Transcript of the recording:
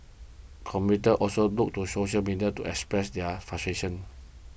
commuters also took to social media to express their frustration